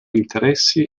interessi